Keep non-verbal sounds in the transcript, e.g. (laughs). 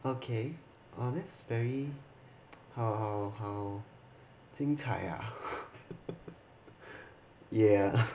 okay well that's very 好好好精彩 ah (laughs) yeah